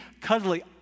cuddly